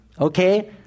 Okay